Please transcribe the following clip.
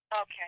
Okay